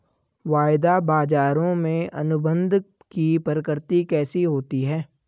वायदा बाजारों में अनुबंध की प्रकृति कैसी होती है?